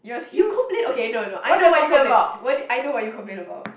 you complain okay no no I know what you complaint what I know are you complain about